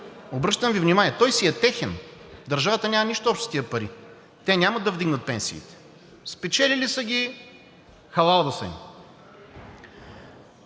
обръщам Ви внимание, той си е техен и държавата няма нищо общо с тия пари, а те няма да вдигнат пенсиите. Спечелили са ги – халал да са им.